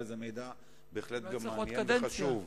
וזה בהחלט גם מידע מעניין וחשוב.